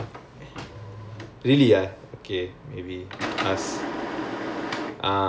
confirm my sister will know him lah because they one year difference only right